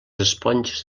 esponges